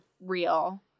real